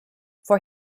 for